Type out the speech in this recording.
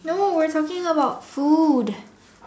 no we talking about food